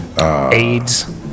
AIDS